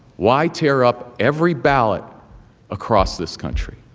why tear up every ballot across this country?